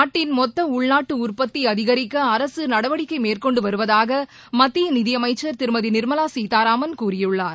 நாட்டின் மொத்த உள்நாட்டு உற்பத்தி அதிகரிக்க அரசு நடவடிக்கை மேற்கொண்டு வருவதாக மத்திய நிதி அமைச்சர் திருமதி நிர்மலா சீதாராமன் கூறியுள்ளார்